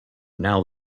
now